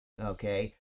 okay